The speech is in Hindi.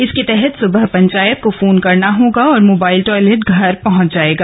इसके तहत सुबह पंचायत को फोन करना होगा और मोबाइल टॉयलेट घर पर पहुंच जाएगा